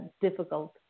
difficult